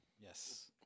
Yes